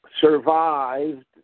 survived